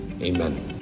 Amen